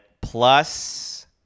plus